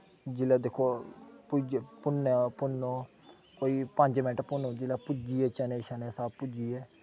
जिसलै दिक्को भुन्नो भुन्नो भुन्नोकोई पंज मिंट भुन्नो जिसलै भुज्जियै चने शनें सब भुज्जियै